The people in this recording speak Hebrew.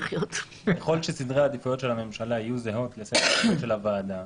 וככל שסדרי העדיפויות של הממשלה יהיו זהות לסדר היום של הוועדה,